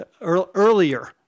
earlier